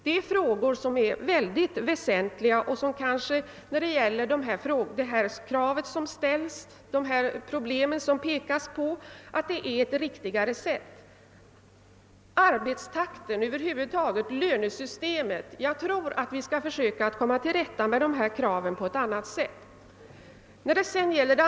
Det är frågor som är mycket väsentliga; och kanske de krav som här har ställts och de problem som man här har pekat på hellre bör tas upp i samband med lösningen av dessa frågor och även i samband med frågan om arbetstakten och över huvud taget lönesystemet. Jag tror att vi skall försöka komma till rätta med nu ifrågavarande krav på ett annat sätt än genom att tillmötesgå motionskravet.